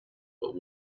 but